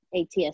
ATS